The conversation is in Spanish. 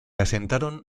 asentaron